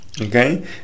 Okay